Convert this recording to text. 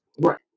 right